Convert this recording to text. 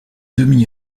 demi